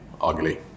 ugly